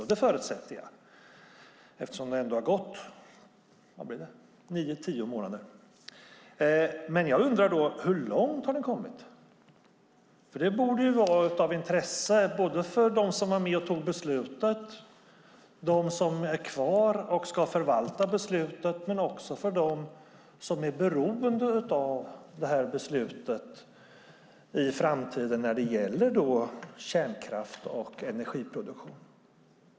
Ja, det förutsätter jag, eftersom det ändå har gått nio tio månader. Men jag undrar: Hur långt har beredningen kommit? Det borde vara av intresse för dem som var med och tog beslutet, för dem som är kvar och ska förvalta beslutet och också för dem som är beroende av beslutet i framtiden när det gäller kärnkraft och energiproduktion.